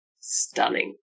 stunning